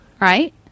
right